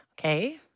Okay